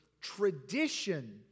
tradition